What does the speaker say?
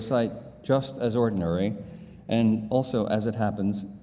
site just as ordinary and also, as it happens,